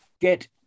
get